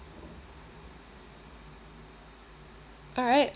alright